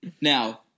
Now